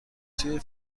توی